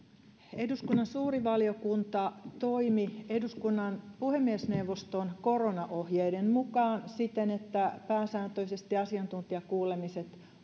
eduskunnan suuri valiokunta toimi eduskunnan puhemiesneuvoston koronaohjeiden mukaan siten että pääsääntöisesti asiantuntijakuulemiset